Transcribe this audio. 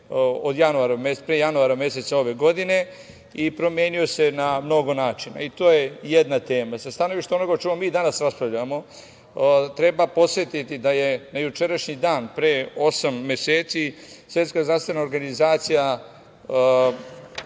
pre januara meseca ove godine. Promenio se na mnogo načina. To je jedna tema. Sa stanovišta onoga o čemu mi danas raspravljamo, treba podsetiti da je na jučerašnji dan pre osam meseci Svetska zdravstvena organizacija